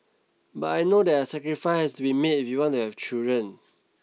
but I know that sacrifice has to be made if we want to have children